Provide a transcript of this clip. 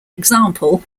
example